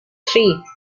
three